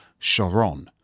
Choron